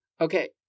Okay